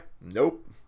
nope